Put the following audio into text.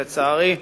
לצערי,